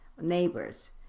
neighbors